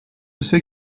ceux